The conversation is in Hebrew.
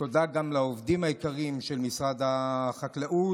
תודה גם לעובדים היקרים של משרד החקלאות